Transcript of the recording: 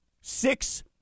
Six